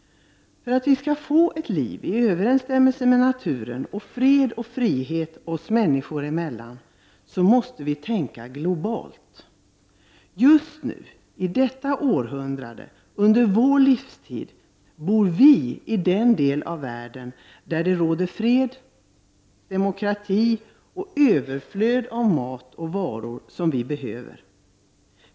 För att vi skall få leva ett liv i överensstämmelse med naturen, i frihet och i fred oss människor emellan, måste vi tänka globalt. Just nu — i detta århundrade, under vår livstid — bor vi i den del av världen där det råder fred, där vi har demokrati och där det finns överflöd av mat och annat som vi behöver.